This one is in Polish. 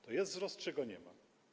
To jest wzrost czy go nie ma?